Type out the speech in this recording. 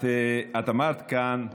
את אמרת כאן: